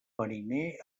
mariner